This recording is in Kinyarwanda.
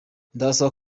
ndabasaba